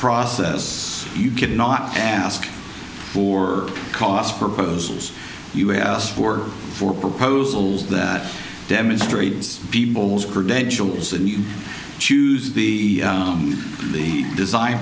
process you could not ask for cost proposals you have asked for for proposals that demonstrates people's credentials and you choose the the design